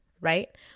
right